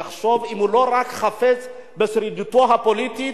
יחשוב אם הוא לא רק חפץ בשרידותו הפוליטית.